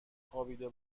خوابیده